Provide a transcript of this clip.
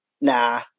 nah